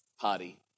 party